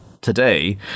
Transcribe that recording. today